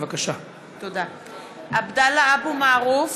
בבקשה (קוראת בשמות חברי הכנסת) עבדאללה אבו מערוף,